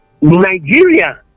Nigeria